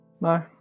No